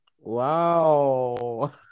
Wow